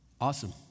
Awesome